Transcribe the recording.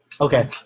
Okay